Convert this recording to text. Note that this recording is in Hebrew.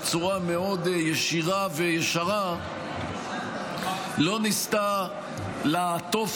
בצורה מאוד ישירה וישרה לא ניסתה לעטוף